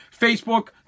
Facebook